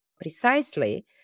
precisely